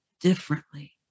differently